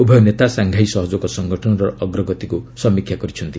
ଉଭୟ ନେତା ସାଙ୍ଘାଇ ସହଯୋଗ ସଙ୍ଗଠନର ଅଗ୍ରଗତିକୁ ସମୀକ୍ଷା କରିଛନ୍ତି